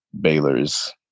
Baylor's